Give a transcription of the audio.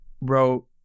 wrote